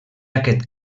aquest